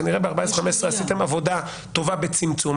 כנראה שב-2014 וב-2015 עשיתם עבודה טובה בצמצום.